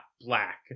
black